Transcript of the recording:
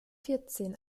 vierzehn